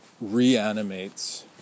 reanimates